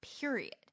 period